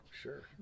sure